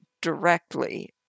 directly